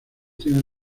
tienen